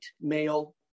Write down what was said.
male